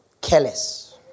careless